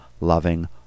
loving